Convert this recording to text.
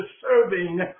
serving